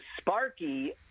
Sparky